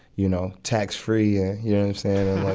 you know, tax-free yeah and